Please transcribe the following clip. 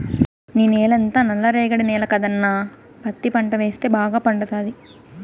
నీ నేలంతా నల్ల రేగడి నేల కదన్నా పత్తి పంట వేస్తే బాగా పండతాది